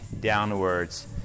downwards